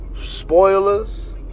spoilers